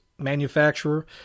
manufacturer